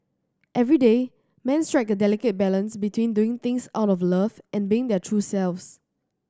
everyday men strike a delicate balance between doing things out of love and being their true selves